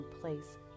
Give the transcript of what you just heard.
place